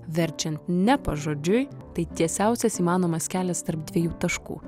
verčiant ne pažodžiui tai tiesiausias įmanomas kelias tarp dviejų taškų